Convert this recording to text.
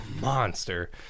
monster